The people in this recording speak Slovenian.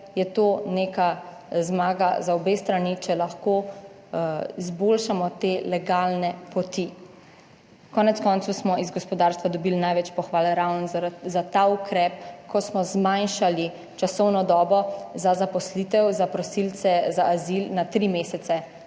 je to neka zmaga za obe strani, če lahko izboljšamo te legalne poti. Konec koncev smo iz gospodarstva dobili največ pohval ravno za ta ukrep, ko smo zmanjšali časovno dobo za zaposlitev za prosilce za azil na tri mesece,